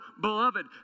beloved